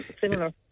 similar